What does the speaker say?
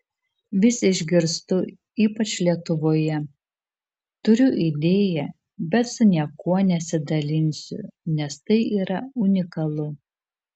vis išgirstu ypač lietuvoje turiu idėją bet su niekuo nesidalinsiu nes tai yra unikalu